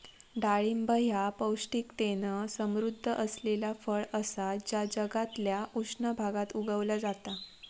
डाळिंब ह्या पौष्टिकतेन समृध्द असलेला फळ असा जा जगातल्या उष्ण भागात उगवला जाता